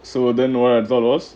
so then why I thought was